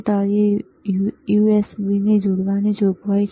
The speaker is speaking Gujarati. તળિયે યુએસબીને જોડવાની જોગવાઈ છે